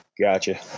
Gotcha